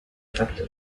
facto